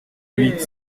huit